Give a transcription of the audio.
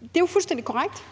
Det er jo fuldstændig korrekt,